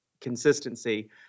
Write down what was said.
consistency